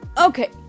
Okay